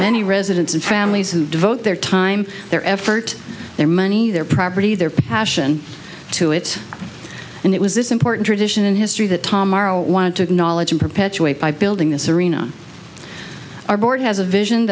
many residents and families who devote their time their effort their money their property their passion to it and it was this important tradition in history that tom morrow want to acknowledge and perpetuate by building this arena our board has a vision